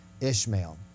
Ishmael